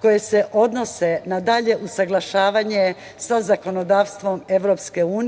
koji se odnose na dalje usaglašavanje sa zakonodavstvom EU,